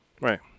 Right